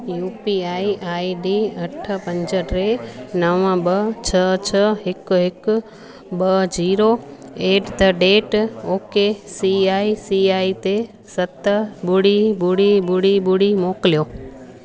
U P I I D अठ पंज टे नव ॿ छह छह हिकु हिकु ॿ zero eight the date okay C I C I ते सत ॿुड़ी ॿुड़ी ॿुड़ी ॿुड़ी मोकिलियो